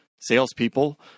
Salespeople